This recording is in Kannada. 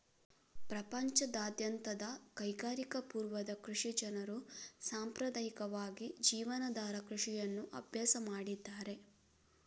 ಪ್ರಪಂಚದಾದ್ಯಂತದ ಕೈಗಾರಿಕಾ ಪೂರ್ವದ ಕೃಷಿ ಜನರು ಸಾಂಪ್ರದಾಯಿಕವಾಗಿ ಜೀವನಾಧಾರ ಕೃಷಿಯನ್ನು ಅಭ್ಯಾಸ ಮಾಡಿದ್ದಾರೆ